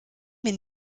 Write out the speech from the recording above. mir